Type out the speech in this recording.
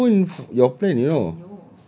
this is the phone your plan you know